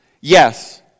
Yes